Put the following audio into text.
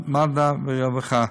מד"א ורווחה,